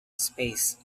space